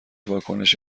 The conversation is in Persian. واکنش